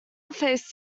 faced